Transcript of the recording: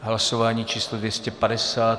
Hlasování číslo 250.